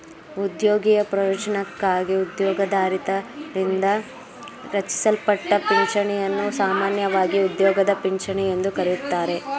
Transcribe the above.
ಉದ್ಯೋಗಿಯ ಪ್ರಯೋಜ್ನಕ್ಕಾಗಿ ಉದ್ಯೋಗದಾತರಿಂದ ರಚಿಸಲ್ಪಟ್ಟ ಪಿಂಚಣಿಯನ್ನು ಸಾಮಾನ್ಯವಾಗಿ ಉದ್ಯೋಗದ ಪಿಂಚಣಿ ಎಂದು ಕರೆಯುತ್ತಾರೆ